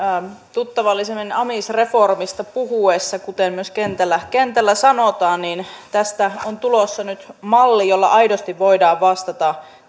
tuttavallisemmin amisreformista puhuttaessa kuten myös kentällä kentällä sanotaan tästä on tulossa nyt malli jolla aidosti voidaan vastata